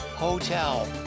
Hotel